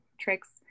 tricks